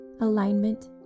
alignment